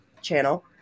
channel